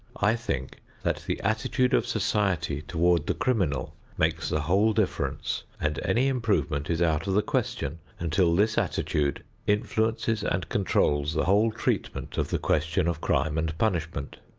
i think that the attitude of society toward the criminal makes the whole difference, and any improvement is out of the question until this attitude influences and controls the whole treatment of the question of crime and punishment.